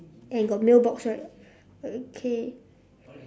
and got mailbox right okay